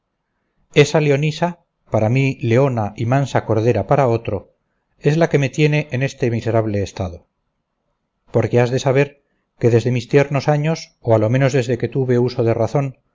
esta leonisa para mí leona y mansa cordera para otro es la que me tiene en este miserable estado porque has de saber que desde mis tiernos años o a lo menos desde que tuve uso de razón